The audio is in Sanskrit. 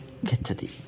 गच्छति